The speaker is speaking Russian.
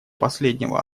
последнего